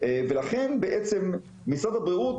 ולכן בעצם משרד הבריאות,